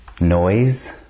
noise